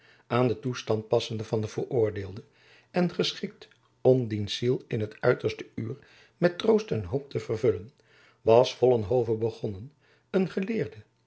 aan den toestand passende van den veroordeelde en geschikt om diens ziel in t uiterste uur met troost en hoop te vervullen was vollenhove begonnen een geleerde